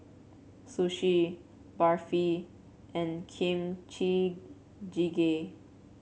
Sushi Barfi and Kimchi Jjigae